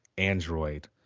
android